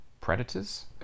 predators